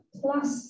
plus